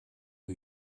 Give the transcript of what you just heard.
who